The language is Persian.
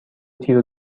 تیرو